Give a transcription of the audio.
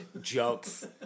jokes